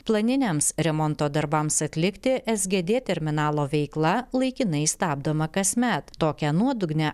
planiniams remonto darbams atlikti sgd terminalo veikla laikinai stabdoma kasmet tokią nuodugnią